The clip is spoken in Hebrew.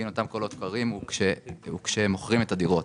בגין אותם קולות קוראים הוא כשמוכרים את הדירות.